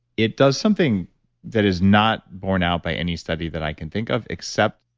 it does something that is not born out by any study that i can think of except